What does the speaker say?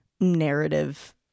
narrative